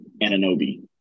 Ananobi